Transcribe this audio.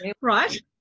Right